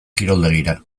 kiroldegira